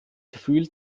gefühl